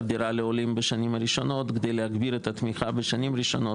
דירה לעולים בשנים הראשונות כדי להגדיל את התמיכה בשנים הראשונות,